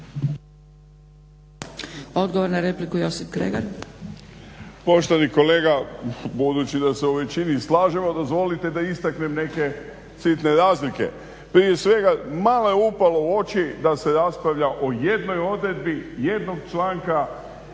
Kregar. **Kregar, Josip (Nezavisni)** Poštovani kolega, budući da se u većini slažemo dozvolite da istaknem neke sitne razlike. Prije svega, malo je upalo u oči da se raspravlja o jednoj odredbi jednog članka,